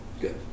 Good